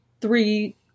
three